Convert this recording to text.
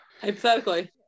Hypothetically